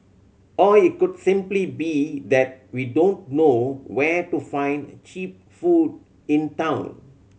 or it could simply be that we don't know where to find cheap food in town